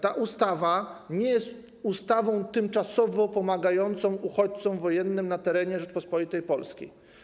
Ta ustawa nie jest ustawą tymczasowo pomagającą uchodźcom wojennym na terenie Rzeczypospolitej Polskiej.